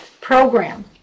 program